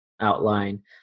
outline